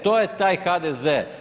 To je taj HDZ.